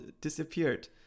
disappeared